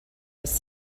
was